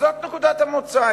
אז זו נקודת המוצא.